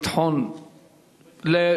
לא,